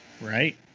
Right